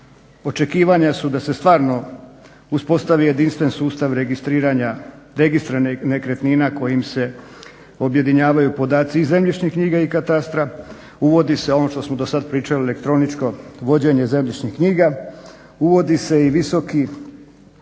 očekivanja su da se stvarno uspostavi jedinstven sustav registriranja registra nekretnina kojim se objedinjavaju podaci iz zemljišnih knjiga i katastra, uvodi se ono što smo dosad pričali elektroničko vođenje zemljišnih knjiga, uvodi se i Visoki